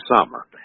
summer